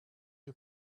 you